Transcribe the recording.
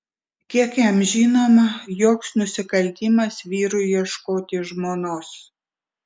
kiek jam žinoma joks nusikaltimas vyrui ieškoti žmonos